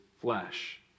flesh